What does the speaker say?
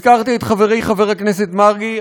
הזכרתי את חברי חבר הכנסת מרגי,